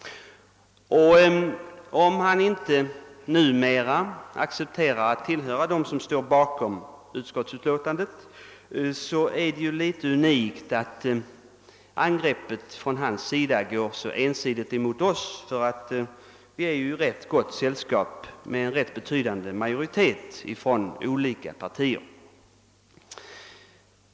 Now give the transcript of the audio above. Om han inte numera accepterar att höra till dem som står bakom utskottsutlåtandet, är det litet märkligt att hans angrepp är så ensidigt riktat mot oss, ty vi är i rätt gott sällskap med en betydande majoritet från olika partier.